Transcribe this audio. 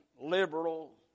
liberal